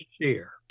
share